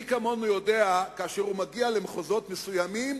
מי כמונו יודע שכאשר הוא מגיע למחוזות מסוימים,